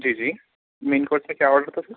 जी जी main course से क्या ऑर्डर करूँ